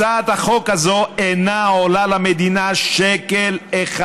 הצעת החוק הזו אינה עולה למדינה שקל אחד.